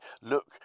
look